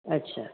अच्छा